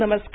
नमस्कार